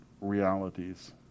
realities